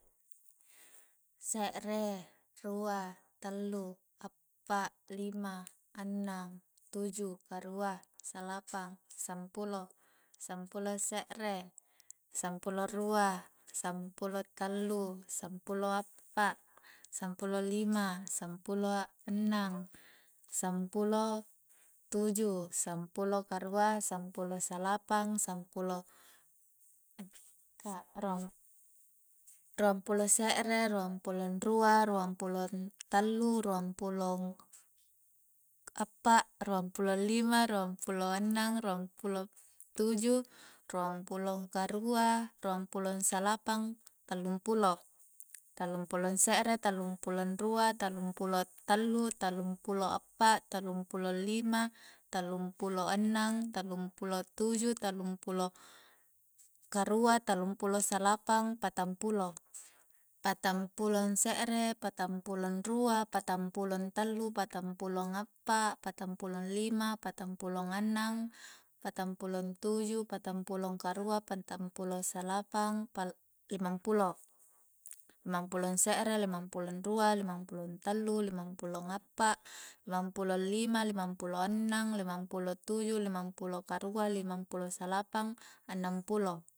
Se're, rua, tallu, appa, lima annang, tuju, karua, salapang, sampulo Sampulong se're, sampulong rua sampulong tallu, sampulong appa, sampulong lima, sampulong annang sampulong tuju, sampulong karua, sampulong salapang ruang pulo se're, ruang pulo rua, ruang pulo tallu, ruang pulo appa, ruang pulo lima ruang pulo annang, ruang pulo tuju, ruang pulo karua, ruang pulo salapang, tallung pulo tallung pulo se're, tallung pulo rua tallung pulo tallu, tallung pulo appa, tallung pulo lima, tallung pulo annang, tallung pulo tuju, tallung pulo karua, tallung pulo salapang, patang pulo, patang pulo se're, patang pulo rua, patang pulo tallu, patang pulo appa, patang pulo lima, patang pulo annang, patang pulo tuju, patang pulo karua, patang pulo salapang, pa limang pulo limang pulo se're, limang pulo rua, limang pulo tallu, limang pulo appa, limang pulo lima, limang pulo annang, limang pulo tuju, limang pulo karua, limang pulo salapang, annang pulo